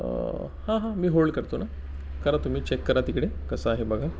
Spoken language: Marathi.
हां हां मी होल्ड करतो ना करा तुम्ही चेक करा तिकडे कसं आहे बघा